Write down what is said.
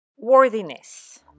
Worthiness